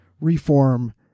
reform